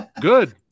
good